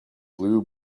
blue